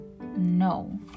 no